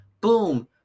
Boom